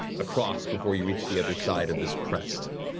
across, before you reach the other side of this crest.